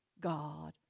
God